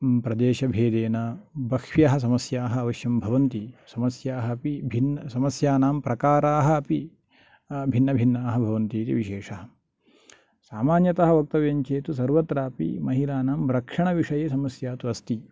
प्रदेशभेदेन बह्व्यः समस्याः अवश्यं भवन्ति समस्याः अपि भिन्न समस्यानां प्रकाराः अपि भिन्नभिन्नाः भवन्ति इति विशेषः सामान्यतः वक्तव्यं चेत् सर्वत्रापि महिलानां रक्षणविषये समस्या तु अस्ति